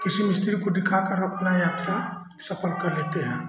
किसी मिस्त्री को दिखाकर अपना यात्रा सफल कर लेते हैं